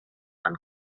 and